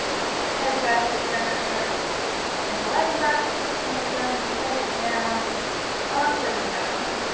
bring the head back to center bring the leg back to the center and set it down onto the ground